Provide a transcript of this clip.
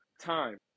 time